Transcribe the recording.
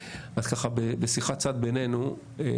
בשיחת צד בינינו אני